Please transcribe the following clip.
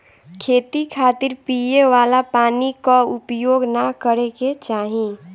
खेती खातिर पिए वाला पानी क उपयोग ना करे के चाही